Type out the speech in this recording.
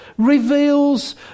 reveals